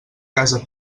casa